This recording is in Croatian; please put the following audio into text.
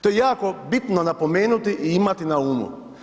To je jako bitno napomenuti i imati na umu.